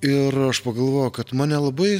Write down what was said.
ir aš pagalvojau kad mane labai